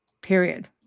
period